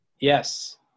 Yes